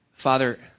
Father